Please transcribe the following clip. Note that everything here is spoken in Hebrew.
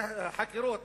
162 חקירות